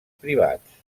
privats